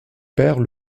pères